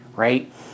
Right